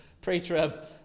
pre-trib